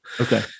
Okay